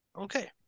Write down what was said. Okay